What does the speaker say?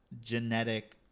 genetic